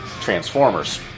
Transformers